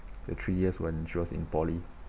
the three years when she was in poly